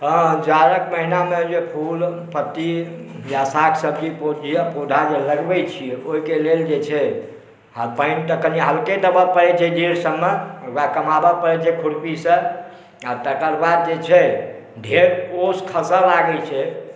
हॅं जाड़क महिनामे जे फूल पत्ती या साग सब्जी के पेड़ पौधाजे लगबै छी ओहिके लेल जे छै आ पानितऽ कने हलके देबऽ पड़ै छै जड़ि सबमे वएह कमाबऽ पड़ै छै खुरपीसऽ आ तकर बाद जे छै ढेर ओस खसय लागै छै